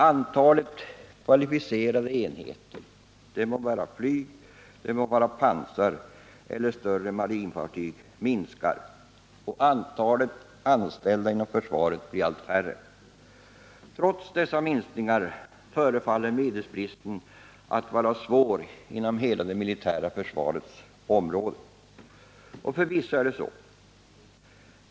Antalet kvalificerade enheter — oavsett om det gäller flyg, pansar eller större marinfartyg — minskar. De anställda inom försvaret blir allt färre. Trots dessa minskningar förefaller medelsbristen vara svår inom hela det militära försvarets ansvarsområde. Och förvisso är det så.